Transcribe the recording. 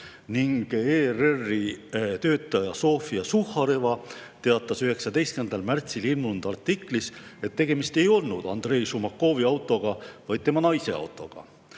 ning ERR‑i töötaja Sofia Suhhareva teatas 19. märtsil ilmunud artiklis, et tegemist ei olnud Andrei Šumakovi, vaid tema naise autoga.